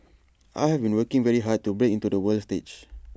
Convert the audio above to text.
I have been working very hard to break into the world stage